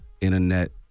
internet